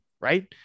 right